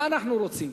מה אנחנו רוצים,